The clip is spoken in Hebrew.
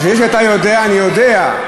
זה שאתה יודע, אני יודע.